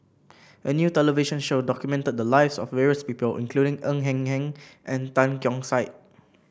a new television show documented the lives of various people including Ng Eng Hen and Tan Keong Saik